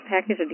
package